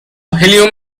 هلیوم